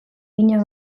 eginak